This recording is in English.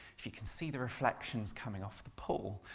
if you can see the reflections coming off the pool,